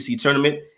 tournament